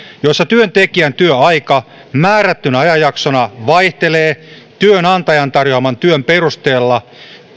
joissa työntekijän työaika määrättynä ajanjaksona vaihtelee työnantajan tarjoaman työn perusteella